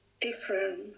different